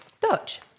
Dutch